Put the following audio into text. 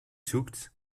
zoekt